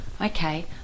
Okay